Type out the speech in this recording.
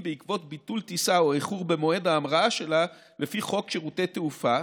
בעקבות ביטול טיסה או איחור במועד ההמראה שלה לפי חוק שירותי תעופה